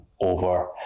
over